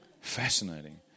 Fascinating